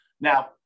Now